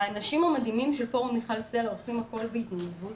האנשים המדהימים של פורום מיכל סלה עושים הכל בהתנדבות,